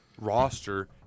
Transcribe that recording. roster